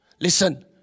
Listen